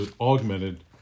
augmented